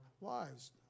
lives